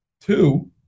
Two